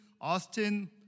Austin